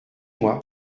moi